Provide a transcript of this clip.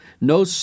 No